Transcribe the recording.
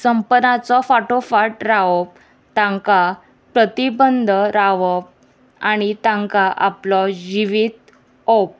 सपनाचो फाटोफाट रावप तांकां प्रतिबंद रावप आनी तांकां आपलो जिवीत ओप